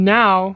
now